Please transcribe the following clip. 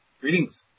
Greetings